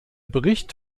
bericht